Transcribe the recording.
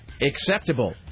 acceptable